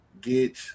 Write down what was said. get